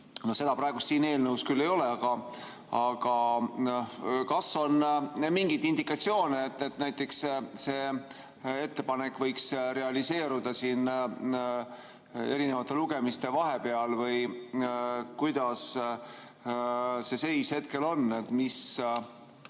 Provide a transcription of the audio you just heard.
Seda praegu siin eelnõus küll ei ole. Aga kas on mingeid indikatsioone, et näiteks see ettepanek võiks realiseeruda lugemiste vahepeal, või kuidas see seis hetkel on? Miks